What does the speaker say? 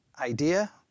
idea